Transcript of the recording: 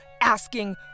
asking